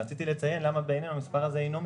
רציתי לציין למה בעינינו המספר הזה איננו מקשף.